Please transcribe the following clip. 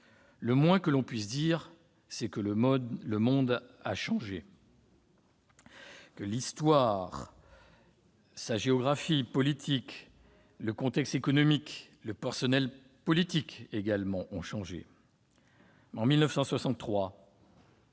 Le moins que l'on puisse dire, c'est que le monde a changé : l'histoire, la géographie politique, le contexte économique, le personnel politique également, ont changé. En 1963,